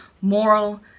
moral